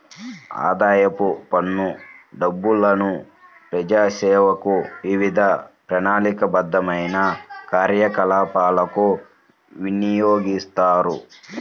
ఆదాయపు పన్ను డబ్బులను ప్రజాసేవలకు, వివిధ ప్రణాళికాబద్ధమైన కార్యకలాపాలకు వినియోగిస్తారు